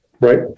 right